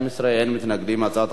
הצעת חוק העונשין (תיקון מס'